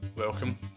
Welcome